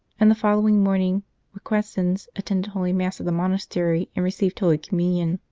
and the following morning requesens attended holy mass at the monastery and received holy communion.